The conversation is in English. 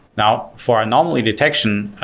now for anomaly detection,